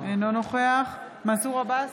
אינו נוכח מנסור עבאס,